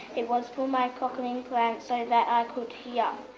it was for my cochlear implant so that i could yeah